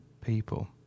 people